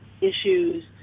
issues